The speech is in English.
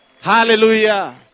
Hallelujah